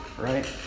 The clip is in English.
right